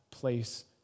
place